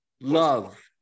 love